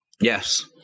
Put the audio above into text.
Yes